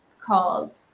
called